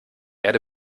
erde